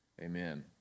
Amen